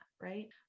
right